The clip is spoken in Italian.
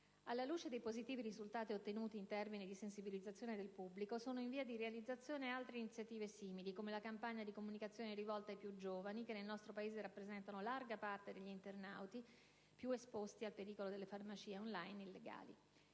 Alla luce dei positivi risultati ottenuti in termini di sensibilizzazione del pubblico, sono in via di realizzazione altre iniziative simili, come la campagna di comunicazione rivolta ai più giovani, che nel nostro Paese rappresentano larga parte degli internauti e che sono più esposti al pericolo delle farmacie *on line* illegali.